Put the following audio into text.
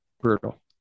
Brutal